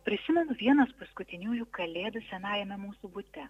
prisimenu vieną iš paskutiniųjų kalėdų senajame mūsų bute